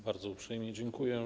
Bardzo uprzejmie dziękuję.